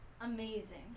amazing